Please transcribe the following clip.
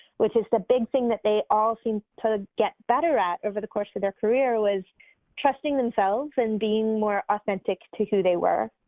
which is the big thing that they all seem to get better at over the course of their career was trusting themselves and being more authentic to who they were.